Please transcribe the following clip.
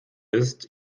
ist